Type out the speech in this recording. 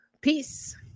Peace